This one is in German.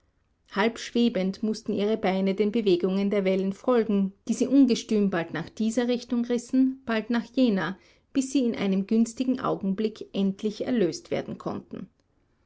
halb schwebend mußten ihre beine den bewegungen der wellen folgen die sie ungestüm bald nach dieser richtung rissen bald nach jener bis sie in einem günstigen augenblick endlich erlöst werden konnten